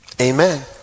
amen